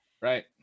Right